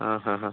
ആ ആ ആ